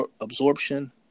absorption